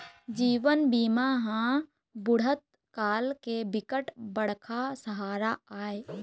जीवन बीमा ह बुढ़त काल के बिकट बड़का सहारा आय